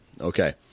Okay